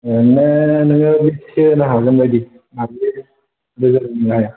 ओरैनो नोङो बेसेसो होनो हागोन बायदि बाजि रोजा होनो हाया